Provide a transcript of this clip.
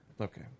okay